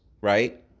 right